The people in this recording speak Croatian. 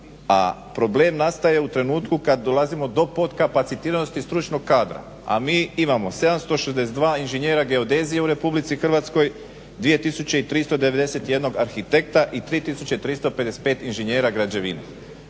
a problem nastaje u trenutku kad dolazimo do podkapacitiranosti stručnog kadra, a mi imamo 762 inženjera geodezije u Republici Hrvatskoj, 2391 arhitekta i 3355 inženjera građevine